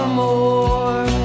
more